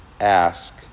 ask